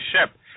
ship